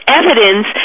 evidence